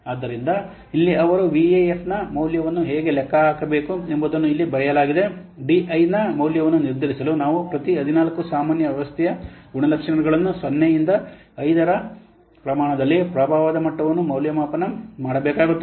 ಆದ್ದರಿಂದ ಇಲ್ಲಿ ಅವರು VAF ನ ಮೌಲ್ಯವನ್ನು ಹೇಗೆ ಲೆಕ್ಕ ಹಾಕಬೇಕು ಎಂಬುದನ್ನು ಇಲ್ಲಿ ಬರೆಯಲಾಗಿದೆ DI ನ ಮೌಲ್ಯವನ್ನು ನಿರ್ಧರಿಸಲು ನಾವು ಪ್ರತಿ 14 ಸಾಮಾನ್ಯ ವ್ಯವಸ್ಥೆಯ ಗುಣಲಕ್ಷಣಗಳನ್ನು 0 ರಿಂದ 5 ರ ಪ್ರಮಾಣದಲ್ಲಿ ಪ್ರಭಾವದ ಮಟ್ಟವನ್ನು ಮೌಲ್ಯಮಾಪನ ಮಾಡಬೇಕಾಗುತ್ತದೆ